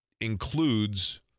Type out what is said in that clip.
includes